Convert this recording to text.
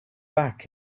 back